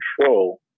control